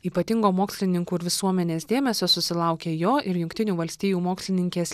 ypatingo mokslininkų ir visuomenės dėmesio susilaukia jo ir jungtinių valstijų mokslininkės